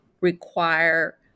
require